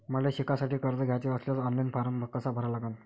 मले शिकासाठी कर्ज घ्याचे असल्यास ऑनलाईन फारम कसा भरा लागन?